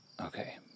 Okay